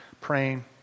praying